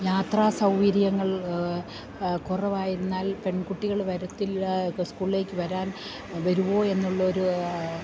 യാത്രാസൗകര്യങ്ങൾ കുറവായിരുന്നാൽ പെൺകുട്ടികൾ വരത്തില്ല സ്കൂളിലേക്കു വരുമോ എന്നുള്ളൊരു